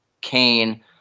Kane